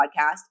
podcast